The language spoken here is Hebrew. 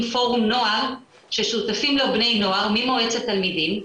פורום נוער ששותפים לו בני נוער ממועצת תלמידים,